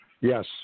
Yes